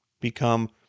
become